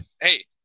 hey